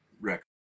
record